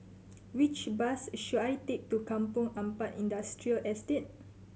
which bus should I take to Kampong Ampat Industrial Estate